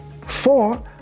four